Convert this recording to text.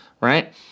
right